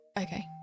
okay